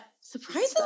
surprisingly